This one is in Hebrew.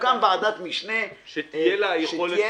תוקם ועדת משנה שתהיה לה היכולת --- שתהיה